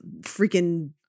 freaking